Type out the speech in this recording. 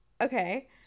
Okay